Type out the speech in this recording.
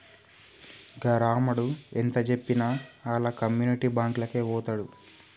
గా రామడు ఎంతజెప్పినా ఆళ్ల కమ్యునిటీ బాంకులకే వోతడు